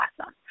awesome